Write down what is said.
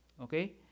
okay